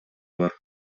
бар